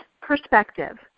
perspective